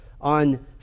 on